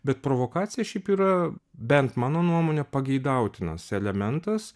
bet provokacija šiaip yra bent mano nuomone pageidautinas elementas